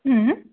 ಹ್ಞೂ